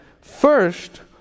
first